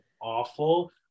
awful